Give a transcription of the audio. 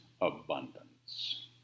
abundance